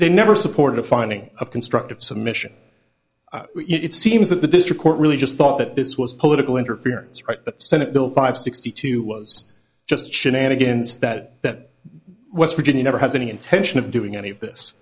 they never supported a finding of constructive submission it seems that the district court really just thought that this was political interference right that senate bill five sixty two was just shenanigans that that west virginia never has any intention of doing any of this